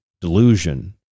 delusion